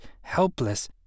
helpless